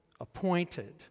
appointed